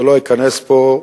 ולא אכנס פה,